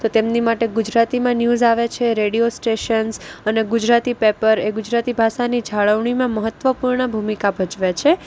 તો તેમની માટે ગુજરાતીમાં ન્યૂઝ આવે છે રેડિયો સ્ટેશન્સ અને ગુજરાતી પેપર એ ગુજરાતી ભાષાની જાળવણીમાં મહત્ત્વપૂર્ણ ભૂમિકા ભજવે છે